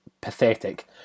pathetic